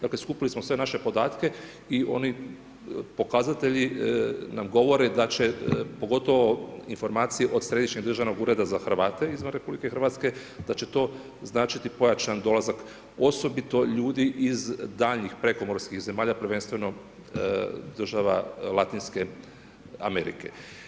Dakle skupili smo sve naše podatke i oni pokazatelji nam govore da će pogotovo informacije od Središnjeg državnog ureda za Hrvate izvan RH da će to značiti pojačan dolazak, osobito ljudi iz daljnjih prekomorskih zemalja, prvenstveno država Latinske Amerike.